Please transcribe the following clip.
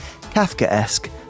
Kafka-esque